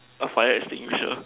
a fire extinguisher